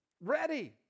Ready